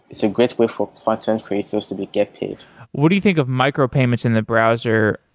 it's a great way for content creators to be get paid what do you think of micro-payments in the browser,